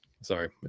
Sorry